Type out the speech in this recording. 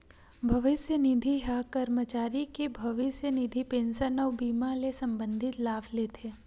भविस्य निधि ह करमचारी के भविस्य निधि, पेंसन अउ बीमा ले संबंधित लाभ देथे